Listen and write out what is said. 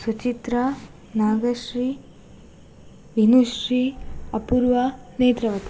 Suchitra Nagashree Dhanushree Apoorva Netravati